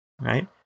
right